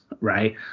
right